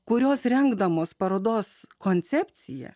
kurios rengdamos parodos koncepciją